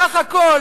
בסך הכול